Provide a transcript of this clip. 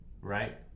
right